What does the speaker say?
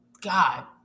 God